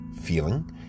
feeling